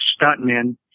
stuntmen